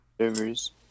servers